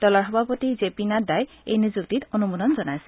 দলৰ সভাপতি J P নাড্ডাই এই নিযুক্তিত অনুমোদন জনাইছে